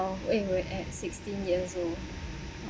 when we were at sixteen years old